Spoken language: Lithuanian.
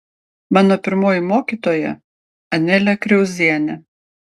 mano pirmoji mokytoja anelė kriauzienė